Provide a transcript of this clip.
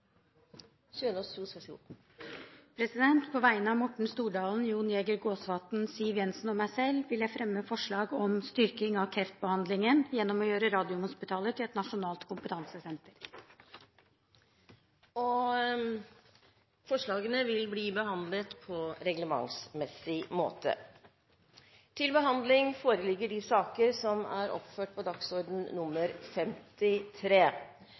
På vegne av Morten Stordalen, Jon Jæger Gåsvatn, Siv Jensen og meg selv vil jeg fremme forslag om styrking av kreftbehandlingen gjennom å gjøre Radiumhospitalet til et nasjonalt kompetansesenter. Forslagene vil bli behandlet på reglementsmessig måte.